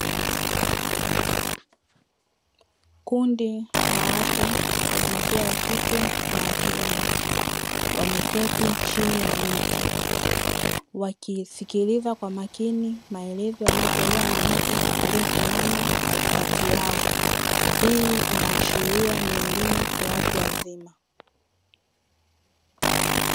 Kundi la watu wa jinsia ya kike na ya kiume, wameketi chini ya miti, wakisikiliza kwa makini maelezo yanayotolewa na mtu aliyesimama katikati yao. Hii inaashiria ni elimu ya watu wazima.